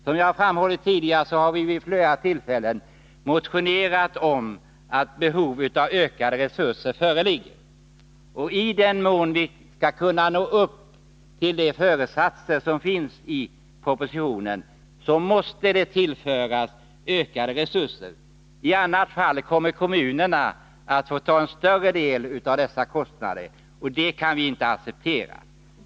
Som jag har framhållit tidigare har vi vid flera tillfällen motionerat om att behov av ökade resurser föreligger. I den mån vi skall kunna nå de föresatser som finns angivna i propositionen måste ökade resurser tillföras. I annat fall kommer kommunerna att få ta en större del av dessa kostnader, och det kan vi inte acceptera.